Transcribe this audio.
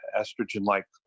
estrogen-like